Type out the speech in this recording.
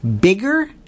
bigger